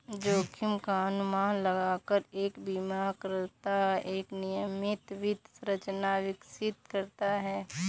जोखिम का अनुमान लगाकर एक बीमाकर्ता एक नियमित वित्त संरचना विकसित करता है